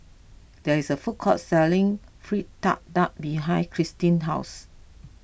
there is a food court selling Fritada behind Christy's house